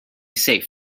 safe